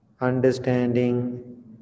Understanding